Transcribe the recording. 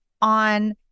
on